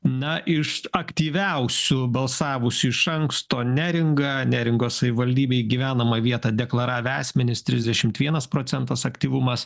na iš aktyviausių balsavusių iš anksto neringa neringos savivaldybėj gyvenamą vietą deklaravę asmenys trisdešimt vienas procentas aktyvumas